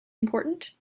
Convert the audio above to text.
important